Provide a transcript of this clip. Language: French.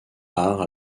part